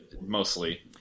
mostly